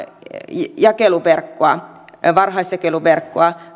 varhaisjakeluverkkoa varhaisjakeluverkkoa